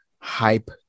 hype